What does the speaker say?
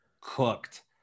cooked